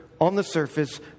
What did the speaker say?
on-the-surface